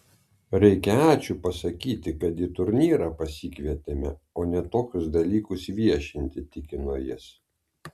reikia ačiū pasakyti kad į turnyrą pasikvietėme o ne tokius dalykus viešinti tikino jis